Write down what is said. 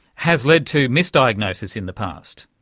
has led to misdiagnosis in the past?